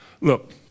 Look